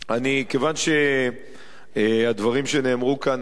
כיוון שהדברים שנאמרו כאן היו,